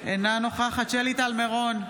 אינה נוכחת שלי טל מירון,